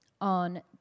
on